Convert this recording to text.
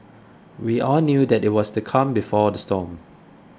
we all knew that it was the calm before the storm